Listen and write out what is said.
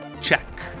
Check